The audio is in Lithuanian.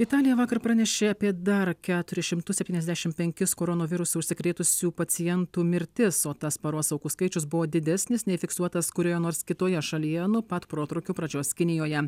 italija vakar pranešė apie dar keturis šimtus septyniasdešim penkis koronavirusu užsikrėtusių pacientų mirtis o tas paros aukų skaičius buvo didesnis nei fiksuotas kurioje nors kitoje šalyje nuo pat protrūkio pradžios kinijoje